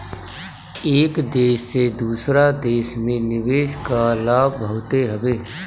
एक देस से दूसरा देस में निवेश कअ लाभ बहुते हवे